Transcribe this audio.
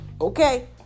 Okay